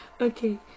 Okay